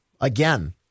again